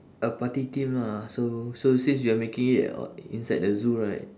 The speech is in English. a party theme lah so so since you're making it o~ inside a zoo right